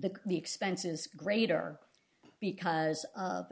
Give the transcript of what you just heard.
the the expenses greater because of